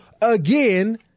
again